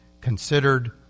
considered